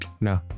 No